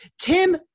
Tim